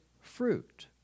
fruit